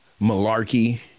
malarkey